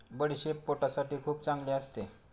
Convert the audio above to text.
बडीशेप पोटासाठी खूप चांगली असते